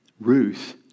Ruth